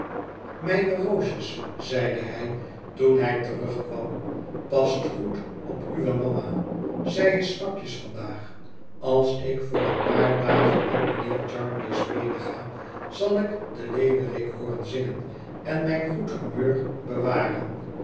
mijne roosjes zeide hij toen hij terugkwam past goed op uwe mama zij is zwakjes vandaag als ik voor een paar dagen met mijnheer jarndyce medega zal ik den leeuwerik hooren zingen en mijn goed humeur bewaren